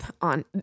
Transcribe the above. on